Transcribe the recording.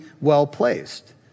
well-placed